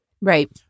Right